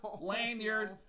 lanyard